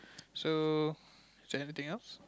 so is there anything else